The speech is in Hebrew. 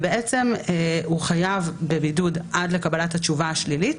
הוא חייב בבידוד עד לקבלת התשובה השלילית